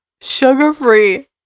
sugar-free